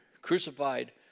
crucified